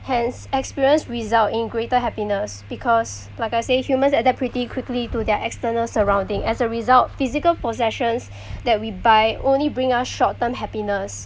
hence experience result in greater happiness because like I say humans adapt pretty quickly to their external surrounding as a result physical possessions that we buy only bring us short term happiness